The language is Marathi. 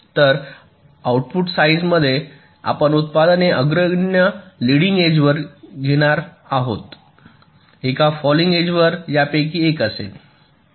तर आउटपुट साइडमध्ये आपण उत्पादने अग्रगण्य लिडिंग एज वर घेणार आहात एक फॉलिंग एज वर यापैकी एक असेल